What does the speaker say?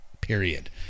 period